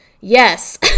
Yes